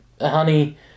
Honey